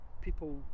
people